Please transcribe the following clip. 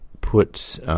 put